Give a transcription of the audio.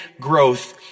growth